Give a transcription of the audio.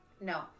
No